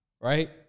right